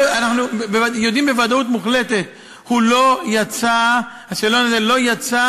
אנחנו יודעים בוודאות מוחלטת, השאלון הזה לא יצא